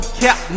cap